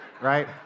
right